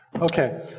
Okay